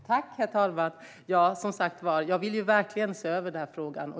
Herr talman! Som sagt: Jag vill verkligen se över den här frågan.